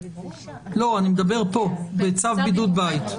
לא, אני מדבר פה, בצו בידוד בית.